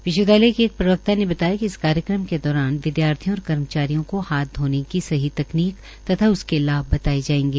विश्वविदयालय के एक प्रवक्ता ने बताया कि इस कार्यक्रम के दौरान विद्यार्थियों और कर्मचारियों को हाथ धोने की सही तकनीक तथा उसके लाभ बताए जाएंगे